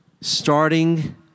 starting